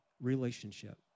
relationship